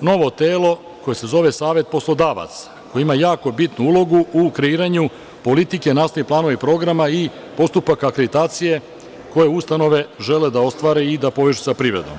novo telo, koje se zove savet poslodavaca koji ima jako bitnu ulogu u kreiranju politike, nastave, planova i programa i postupaka akreditacije koje ustanove žele da ostvare i povežu sa privredom.